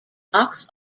box